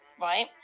Right